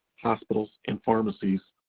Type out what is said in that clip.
hospitals, and pharmacies.